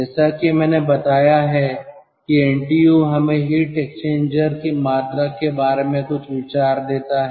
जैसा कि मैंने बताया है कि एनटीयू हमें हीट एक्सचेंजर की मात्रा के बारे में कुछ विचार देता है